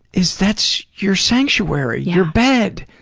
is that's your sanctuary. your bed!